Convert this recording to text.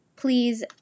please